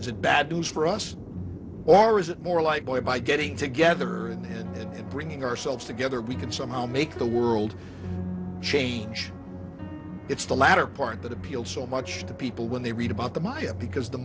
is it bad news for us or is it more like why by getting together and bringing ourselves together we can somehow make the world change it's the latter part that appealed so much to people when they read about the maya because the